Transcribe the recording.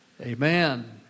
Amen